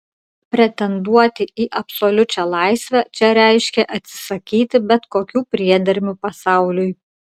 pretenduoti į absoliučią laisvę čia reiškė atsisakyti bet kokių priedermių pasauliui